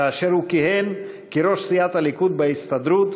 כאשר הוא כיהן כראש סיעת הליכוד בהסתדרות,